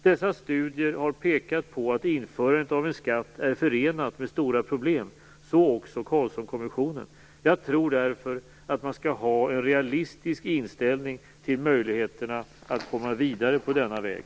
Dessa studier har pekat på att införandet av en skatt är förenat med stora problem, så också Carlssonkommissionen. Jag tror därför att man skall ha en realistisk inställning till möjligheterna att komma vidare på denna väg.